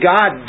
God